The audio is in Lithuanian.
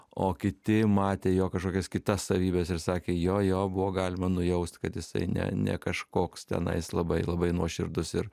o kiti matė jo kažkokias kitas savybes ir sakė jo jo buvo galima nujaust kad jisai ne ne kažkoks tenais labai labai nuoširdus ir